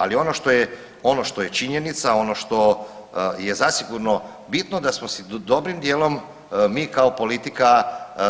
Ali ono što je, ono što je činjenica, ono što je zasigurno bitno da smo si dobrim djelom mi kao politika